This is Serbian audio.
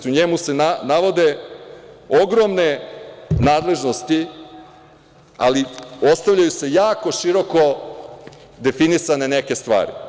U njemu se navode ogromne nadležnosti, ali ostavljaju se jako široko definisane neke stvari.